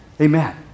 Amen